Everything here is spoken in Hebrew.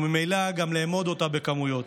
וממילא קשה גם לאמוד אותה בכמויות.